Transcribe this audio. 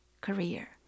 career